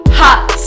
hot